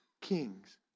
kings